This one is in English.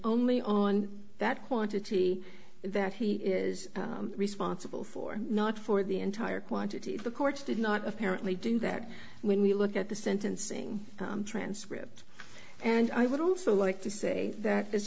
only on that quantity that he is responsible for not for the entire quantity of the court did not apparently do that when we look at the sentencing transcript and i would also like to say that as